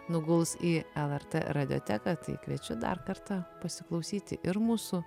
nuguls į lrt radioteką tai kviečiu dar kartą pasiklausyti ir mūsų